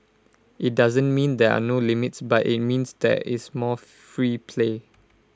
IT doesn't mean there are no limits but IT means there is more free play